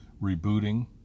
rebooting